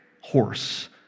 horse—